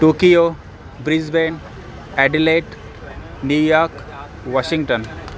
Tokyo Brisbane Adelaide New York Washington